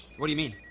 what do you mean?